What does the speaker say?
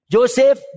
Joseph